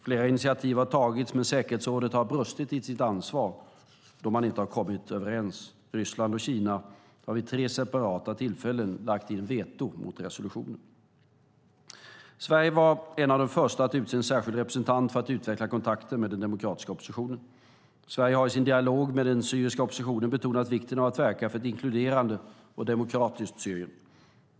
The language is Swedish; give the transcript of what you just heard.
Flera initiativ har tagits, men säkerhetsrådet har brustit i sitt ansvar då man inte har kommit överens. Ryssland och Kina har vid tre separata tillfällen lagt in veto mot resolutioner. Sverige var ett av de första länderna att utse en särskild representant för att utveckla kontakter med den demokratiska oppositionen. Sverige har i sin dialog med den syriska oppositionen betonat vikten av att verka för ett inkluderande och demokratiskt Syrien.